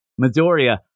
Midoriya